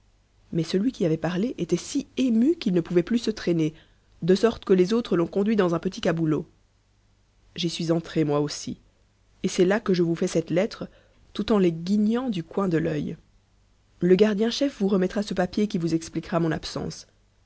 mais celui qui avait parlé était si ému qu'il ne pouvait plus se traîner de sorte que les autres l'ont conduit dans un petit caboulot j'y suis entré moi aussi et c'est là que je vous fais cette lettre tout en les guignant du coin de l'œil le gardien chef vous remettra ce papier qui vous expliquera mon absence